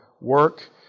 work